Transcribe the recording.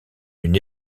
une